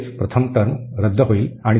तर प्रथम टर्म गायब होईल